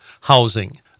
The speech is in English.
housing